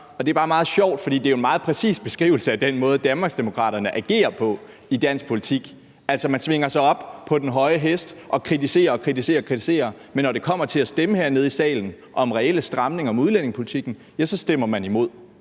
Det er bare meget sjovt, for det er jo en meget præcis beskrivelse af den måde, Danmarksdemokraterne agerer på i dansk politik. Altså, man svinger sig op på den høje hest og kritiserer og kritiserer, men når det kommer til at stemme hernede i salen om reelle stramninger af udlændingepolitikken, ja, så stemmer man imod.